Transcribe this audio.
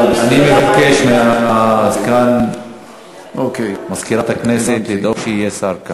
אני מבקש מסגן מזכירת הכנסת לדאוג שיהיה כאן שר.